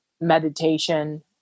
meditation